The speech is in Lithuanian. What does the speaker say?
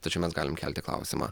tačiau mes galim kelti klausimą